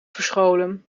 verscholen